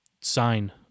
sign